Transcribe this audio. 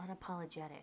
unapologetic